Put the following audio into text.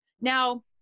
Now